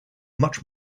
much